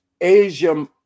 Asia